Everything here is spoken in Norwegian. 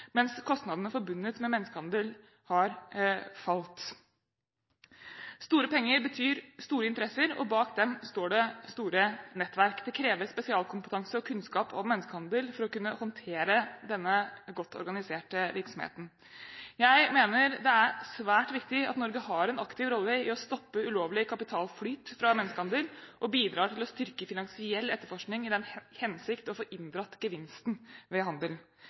mens kostnadene forbundet med menneskehandel har falt. Store penger betyr store interesser, og bak dem står det store nettverk. Det kreves spesialkompetanse og kunnskap om menneskehandel for å kunne håndtere denne godt organiserte virksomheten. Jeg mener det er svært viktig at Norge har en aktiv rolle i å stoppe ulovlig kapitalflyt fra menneskehandel og bidrar til å styrke finansiell etterforskning i den hensikt å få inndradd gevinsten ved handel.